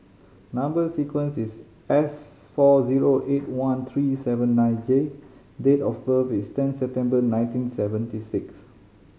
number sequence is S four zero eight one three seven nine J and date of birth is ten September nineteen seventy six